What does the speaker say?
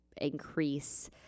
increase